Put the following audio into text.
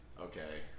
okay